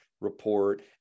report